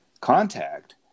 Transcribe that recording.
contact